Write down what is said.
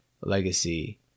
legacy